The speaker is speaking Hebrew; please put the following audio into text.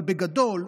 אבל בגדול,